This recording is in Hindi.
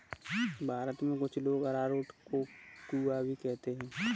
भारत में कुछ लोग अरारोट को कूया भी कहते हैं